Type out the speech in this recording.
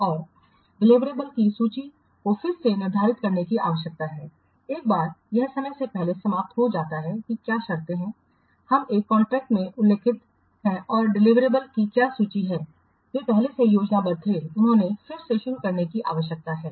और डिलिवरेबल्स की सूची को फिर से निर्धारित करने की आवश्यकता है एक बार यह समय से पहले समाप्त हो जाता है कि क्या शर्तें हैं हम एक कॉन्ट्रैक्ट में उल्लिखित हैं और डिलिवरेबल्स की क्या सूची है वे पहले से योजनाबद्ध थे उन्हें फिर से शुरू करने की आवश्यकता है